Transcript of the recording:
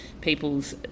people's